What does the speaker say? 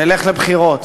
נלך לבחירות.